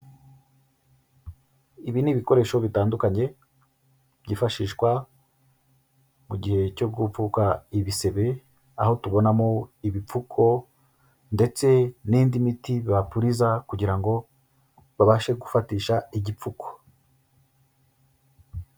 Ibi ni ibikoresho bitandukanye, byifashishwa mu gihe cyo kupfuka ibisebe, aho tubonamo ibipfuko, ndetse n'indi miti bapuriza kugira ngo babashe gufatisha igipfuko.